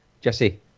Jesse